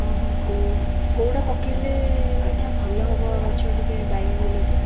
ହଁ ହଁ କେଉଁଟା ପକାଇଲେ ଆଜ୍ଞା ଭଲ ହେବ ଗଛ ଟିକେ ବାଇଗଣ ବିଲାତି